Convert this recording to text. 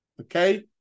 okay